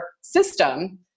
system